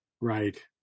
Right